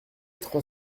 trois